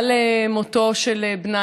על מותו של בנה.